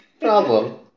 problem